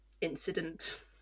incident